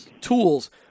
tools